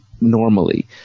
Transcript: normally